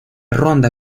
ronda